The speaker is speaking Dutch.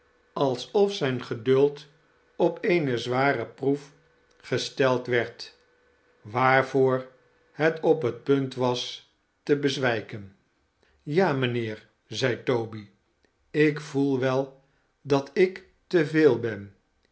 alsof zijn geduld zware proef gesteld werd waarvoor het op het punt was te bezwijken ja mijnheer zei toby ik voel wel dat ik te veel ben